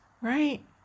right